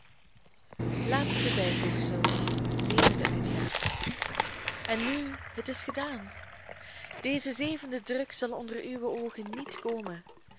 laatste bijvoegsel zevende uitgave en nu het is gedaan deze zevende druk zal onder uwe oogen niet komen